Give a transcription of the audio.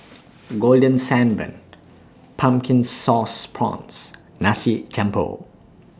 Golden Sand Bun Pumpkin Sauce Prawns Nasi Campur